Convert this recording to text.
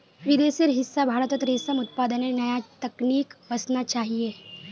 विदेशेर हिस्सा भारतत रेशम उत्पादनेर नया तकनीक वसना चाहिए